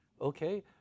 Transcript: Okay